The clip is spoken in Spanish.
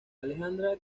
alejandra